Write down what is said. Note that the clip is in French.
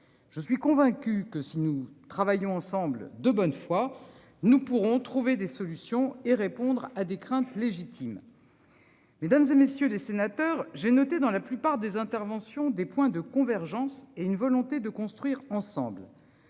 Je suis convaincu que si nous travaillons ensemble de bonne foi nous pourrons trouver des solutions et répondre à des craintes légitimes. Mesdames, et messieurs les sénateurs. J'ai noté dans la plupart des interventions des points de convergence et une volonté de construire ensemble.